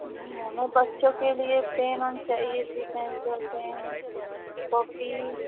मैं बच्चों के लिए पेन ओन चाहिए थी पेंसिल पेन कॉपी